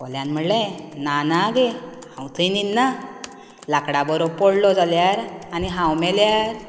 कोल्यान म्हणलें ना ना गे हांव थंय न्हिदना थंय लाकडा भोरो पडलो जाल्यार आनी हांव मेल्यार